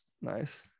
Nice